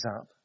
up